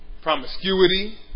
promiscuity